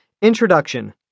Introduction